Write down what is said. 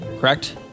correct